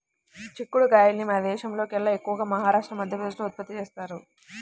చిక్కుడు కాయల్ని మన దేశంలోకెల్లా ఎక్కువగా మహారాష్ట్ర, మధ్యప్రదేశ్ లో ఉత్పత్తి చేత్తారు